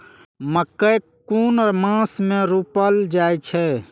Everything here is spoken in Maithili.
मकेय कुन मास में रोपल जाय छै?